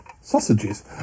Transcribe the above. Sausages